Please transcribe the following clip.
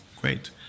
great